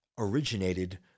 originated